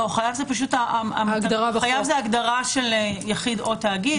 חייב זו ההגדרה של יחיד או תאגיד.